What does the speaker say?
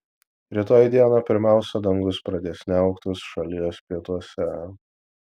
rytoj dieną pirmiausia dangus pradės niauktis šalies pietuose